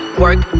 work